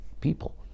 people